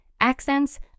accents